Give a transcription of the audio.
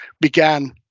began